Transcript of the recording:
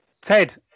Ted